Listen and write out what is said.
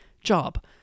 job